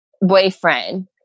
boyfriend